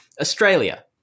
Australia